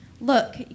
Look